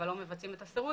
אבל לא מבצעים את הסירוס